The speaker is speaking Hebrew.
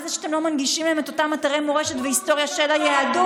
בזה שאתם לא מנגישים להם את אותם אתרי מורשת והיסטוריה של היהדות?